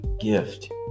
gift